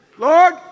Lord